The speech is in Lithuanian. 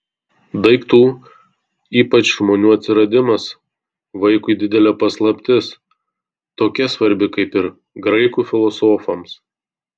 daiktų ypač žmonių atsiradimas vaikui didelė paslaptis tokia svarbi kaip ir graikų filosofams